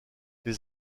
les